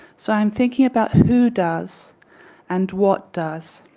so i'm thinking about who does and what does,